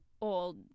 old